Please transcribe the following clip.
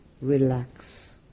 relax